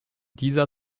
dieser